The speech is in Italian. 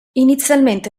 inizialmente